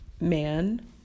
man